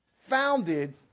founded